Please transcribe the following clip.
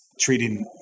treating